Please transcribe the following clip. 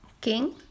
king